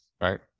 right